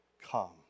come